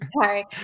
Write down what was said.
Sorry